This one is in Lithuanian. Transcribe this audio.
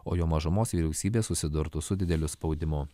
o jo mažumos vyriausybė susidurtų su dideliu spaudimu